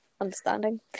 understanding